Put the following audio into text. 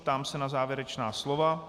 Ptám se na závěrečná slova.